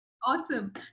Awesome